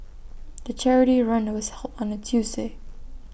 the charity run was held on A Tuesday